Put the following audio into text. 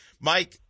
Mike